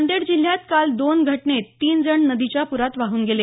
नांदेड जिल्ह्यात काल दोन घटनेत तीन जण नदीच्या प्रात वाहून गेले